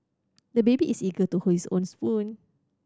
the baby is eager to hold his own spoon